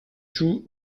choux